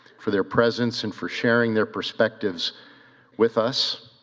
for their presence and for sharing their perspectives with us,